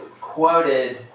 quoted